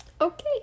okay